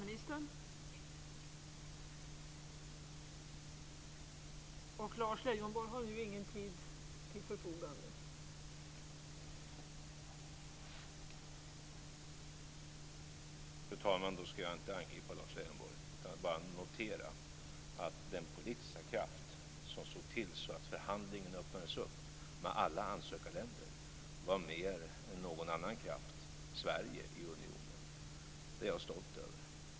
Fru talman! Jag ska inte angripa Lars Leijonborg utan bara notera att den politiska kraft som såg till att förhandlingen öppnades upp med alla ansökarländer mer än någon annan kraft i unionen var Sverige. Det är jag stolt över.